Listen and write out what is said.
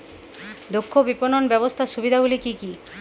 দক্ষ বিপণন ব্যবস্থার সুবিধাগুলি কি কি?